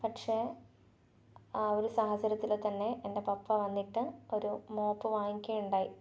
പക്ഷെ ആ ഒരു സാഹചര്യത്തിൽ തന്നെ എൻ്റെ പപ്പ വന്നിട്ട് ഒരു മോപ്പ് വാങ്ങിക്കുകയുണ്ടായി